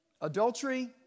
Adultery